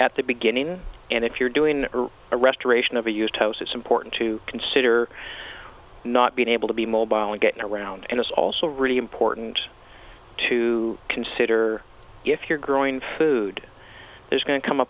at the beginning and if you're doing a restoration of a used house it's important to consider not being able to be mobile and getting around and it's also really important to consider if you're growing food there's going to come a